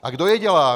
A kdo je dělá?